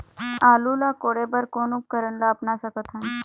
आलू ला कोड़े बर कोन उपकरण ला अपना सकथन?